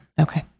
okay